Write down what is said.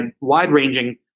wide-ranging